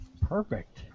Perfect